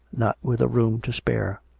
not with a room to spare.